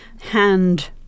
hand